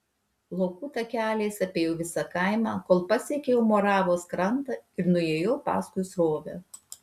laukų takeliais apėjau visą kaimą kol pasiekiau moravos krantą ir nuėjau paskui srovę